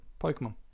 Pokemon